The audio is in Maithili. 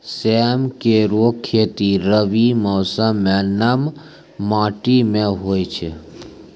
सेम केरो खेती रबी मौसम म नम माटी में होय छै